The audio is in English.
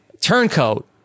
turncoat